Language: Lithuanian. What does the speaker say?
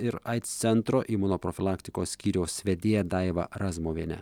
ir aids centro imunoprofilaktikos skyriaus vedėją daivą razmuvienę